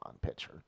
pitcher